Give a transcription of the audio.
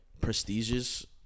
prestigious